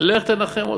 לך תנחם אותו.